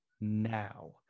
now